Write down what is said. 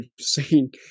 seen